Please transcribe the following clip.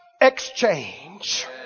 exchange